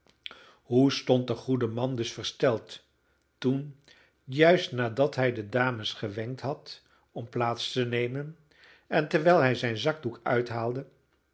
hoe stond de goede man dus versteld toen juist nadat hij de dames gewenkt had om plaats te nemen en terwijl hij zijn zakdoek